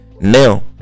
Now